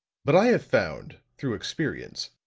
but i have found, through experience,